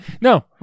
No